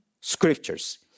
scriptures